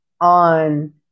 on